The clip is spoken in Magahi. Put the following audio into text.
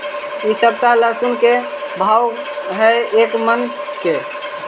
इ सप्ताह लहसुन के का भाव है एक मन के?